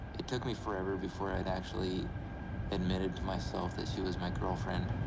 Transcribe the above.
it took me forever before i'd actually admitted to myself that she was my girlfriend.